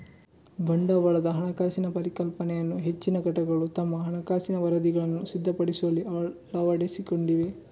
ಬಂಡವಾಳದ ಹಣಕಾಸಿನ ಪರಿಕಲ್ಪನೆಯನ್ನು ಹೆಚ್ಚಿನ ಘಟಕಗಳು ತಮ್ಮ ಹಣಕಾಸಿನ ವರದಿಗಳನ್ನು ಸಿದ್ಧಪಡಿಸುವಲ್ಲಿ ಅಳವಡಿಸಿಕೊಂಡಿವೆ